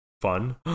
fun